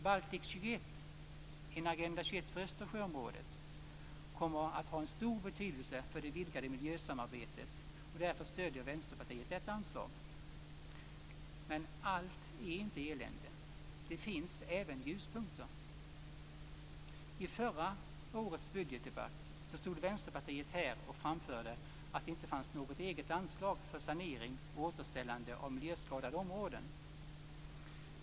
Baltic 21, en Agenda 21 för Östersjöområdet, kommer att ha en stor betydelse för det vidgade miljösamarbetet, och därför stöder Vänsterpartiet detta anslag. Men allt är inte elände; det finns även ljuspunkter. I förra årets budgetdebatt stod Vänsterpartiets representant här och framförde att det inte fanns något eget anslag för sanering och återställande av miljöskadade områden.